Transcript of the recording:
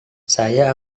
saya